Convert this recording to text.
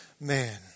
man